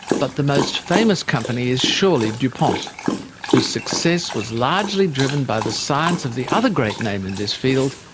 but the most famous company is surely dupont whose success was largely driven by the science of the other great name in this field,